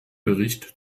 bericht